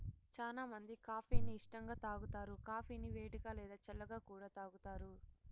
చానా మంది కాఫీ ని ఇష్టంగా తాగుతారు, కాఫీని వేడిగా, లేదా చల్లగా కూడా తాగుతారు